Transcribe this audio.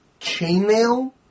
chainmail